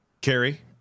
Carrie